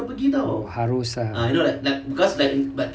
harus ah